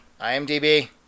IMDb